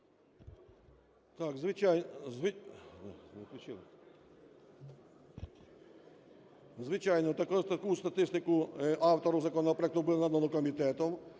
звичайно, таку статистику автору законопроекту було надано комітетом.